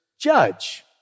judge